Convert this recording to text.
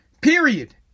period